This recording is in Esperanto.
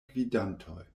gvidantoj